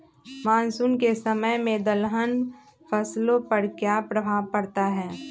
Monsoon के समय में दलहन फसलो पर क्या प्रभाव पड़ता हैँ?